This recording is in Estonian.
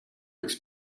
üks